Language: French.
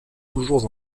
toujours